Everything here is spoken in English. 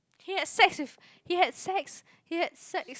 he had sex with he had sex he had sex